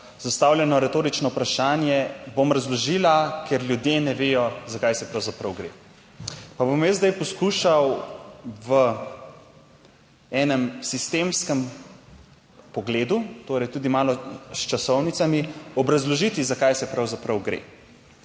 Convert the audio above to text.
zastavljeno retorično vprašanje - "Bom razložila, ker ljudje ne vedo, za kaj se pravzaprav gre." Pa bom jaz zdaj poskušal v enem sistemskem pogledu, torej tudi malo s časovnicami obrazložiti zakaj se pravzaprav gre.